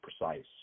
precise